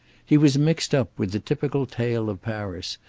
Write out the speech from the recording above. he was mixed up with the typical tale of paris,